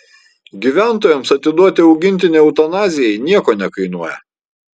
gyventojams atiduoti augintinį eutanazijai nieko nekainuoja